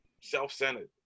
self-centered